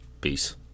peace